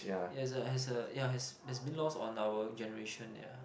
yes a yes a ya has been lost on our generation ya